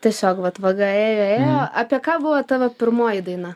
tiesiog vat vaga ėjo ėjo apie ką buvo tavo pirmoji daina